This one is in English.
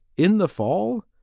in the fall,